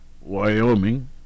Wyoming